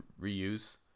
reuse